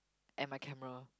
and my camera